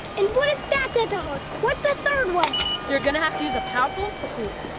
and what if that doesn't work? what's the third way? you're gonna have to use a powerful tool.